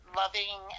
loving